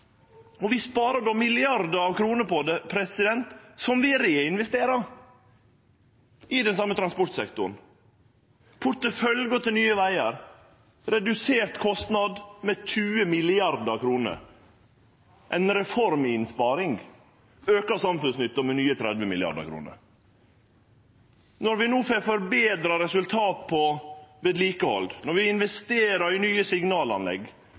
og samtidig å reformere. Og vi sparer då milliardar av kroner som vi reinvesterer i den same transportsektoren – porteføljen til Nye Vegar: reduserte kostnader med 20 mrd. kr, ei reforminnsparing, auka samfunnsnytte og nye 30 mrd. kr. Når vi no får betra resultat på vedlikehald, når vi investerer i nye signalanlegg,